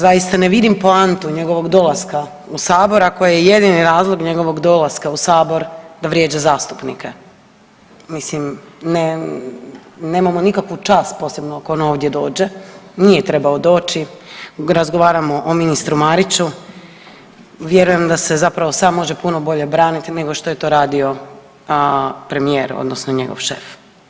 Zaista ne vidim poantu njegovog dolaska u sabor ako je jedini razlog njegovog dolaska u sabor da vrijeđa zastupnike, mislim, nemamo nikakvu čast posebno ako on ovdje dođe, nije trebao doći, razgovaramo o ministru Mariću, vjerujem da se zapravo sam može puno bolje braniti nego što je to radio premijer odnosno njegov šef.